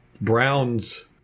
Browns